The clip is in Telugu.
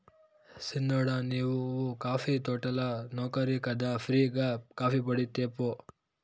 సిన్నోడా నీవు కాఫీ తోటల నౌకరి కదా ఫ్రీ గా కాఫీపొడి తేపో